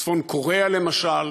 צפון-קוריאה למשל,